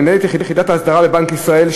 מנהלת יחידת ההסדרה בבנק ישראל,